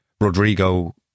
Rodrigo